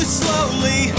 slowly